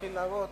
תתחילי.